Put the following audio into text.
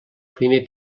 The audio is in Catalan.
primer